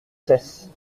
cesse